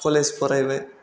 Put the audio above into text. college फरायबाय